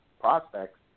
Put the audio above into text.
prospects